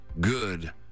good